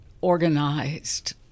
organized